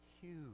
huge